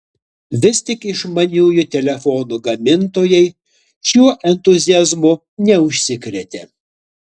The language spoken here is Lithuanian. vis tik išmaniųjų telefonų gamintojai šiuo entuziazmu neužsikrėtė